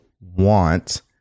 want